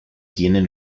tienen